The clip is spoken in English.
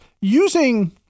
Using